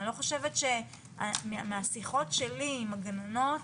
אני לא חושבת, מהשיחות שלי עם הגננות,